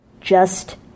Just